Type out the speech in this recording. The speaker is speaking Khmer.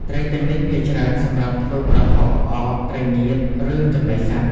ត្រីទាំងនេះភាគច្រើនសម្រាប់ធ្វើប្រហុក ផ្អក ត្រីងៀត ឬចំណីសត្វ។